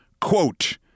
Quote